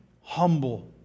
humble